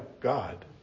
God